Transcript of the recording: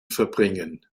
verbringen